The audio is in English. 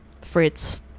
Fritz